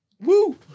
Woo